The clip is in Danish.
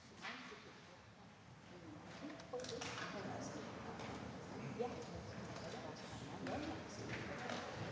Tak